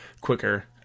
quicker